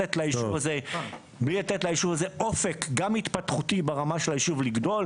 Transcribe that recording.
מבלי לתת ליישוב הזה אופק התפתחותי לגדול,